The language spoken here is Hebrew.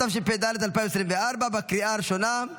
התשפ"ד 2024, לקריאה הראשונה.